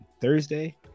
thursday